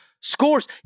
scores